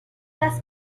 las